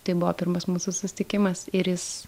tai buvo pirmas mūsų susitikimas ir jis